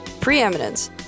preeminence